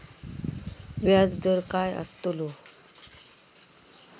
व्याज दर काय आस्तलो?